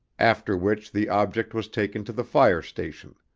after which the object was taken to the fire station.